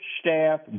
staff